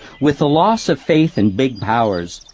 with the loss of faith in big powers-business,